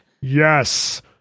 Yes